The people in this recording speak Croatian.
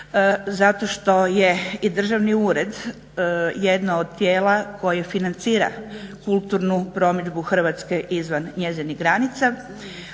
zato što je i Državni ured jedno od tijela koje financira kulturnu promidžbu Hrvatske izvan njezinih granica